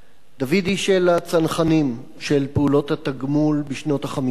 דוידי של הצנחנים, של פעולות התגמול בשנות ה-50,